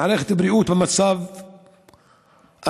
מערכת בריאות במצב אנוש,